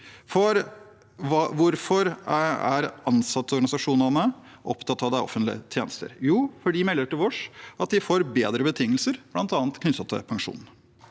hvorfor er ansatteorganisasjonene opptatt av offentlige tjenester? Jo, fordi de melder til oss at de får bedre betingelser, bl.a. knyttet til pensjon.